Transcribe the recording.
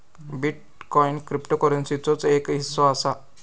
bitcoin क्रिप्टोकरंसीचोच एक हिस्सो असा